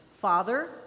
Father